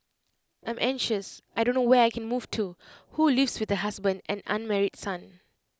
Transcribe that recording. I'm anxious I don't know where I can move to who lives with her husband and unmarried son